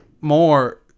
more